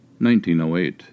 1908